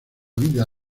vida